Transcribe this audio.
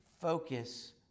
focus